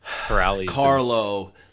Carlo